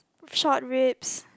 short ribs